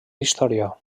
història